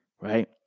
right